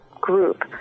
group